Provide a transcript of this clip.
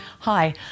Hi